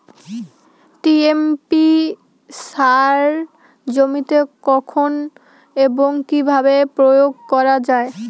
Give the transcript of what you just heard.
TSP সার জমিতে কখন এবং কিভাবে প্রয়োগ করা য়ায়?